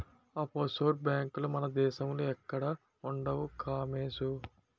offshore బేంకులు మన దేశంలో ఎక్కడా ఉండవు కామోసు